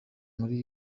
muri